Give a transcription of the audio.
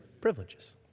privileges